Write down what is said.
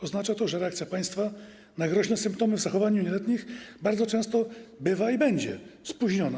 Oznacza to, że reakcja państwa na groźne symptomy w zachowaniu nieletnich bardzo często bywa i będzie spóźniona.